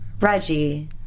reggie